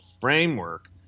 framework